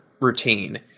routine